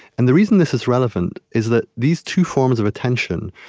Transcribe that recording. and the reason this is relevant is that these two forms of attention,